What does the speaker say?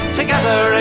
together